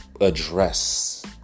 address